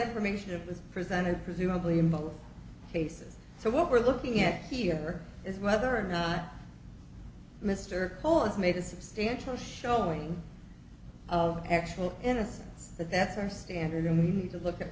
information was presented presumably in most cases so what we're looking at here is whether or not mr ford made a substantial showing of actual innocence but that's our standard and we need to look at